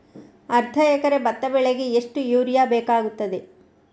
ಅರ್ಧ ಎಕರೆ ಭತ್ತ ಬೆಳೆಗೆ ಎಷ್ಟು ಯೂರಿಯಾ ಬೇಕಾಗುತ್ತದೆ?